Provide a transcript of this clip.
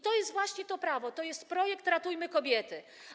To jest właśnie to prawo, to jest projekt „Ratujmy kobiety”